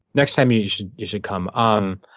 next time you should you should come. um